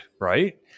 right